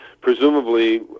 presumably